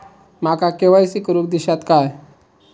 माका के.वाय.सी करून दिश्यात काय?